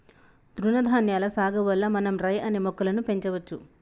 తృణధాన్యాల సాగు వల్ల మనం రై అనే మొక్కలను పెంచవచ్చు